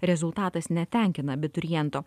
rezultatas netenkina abituriento